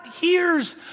hears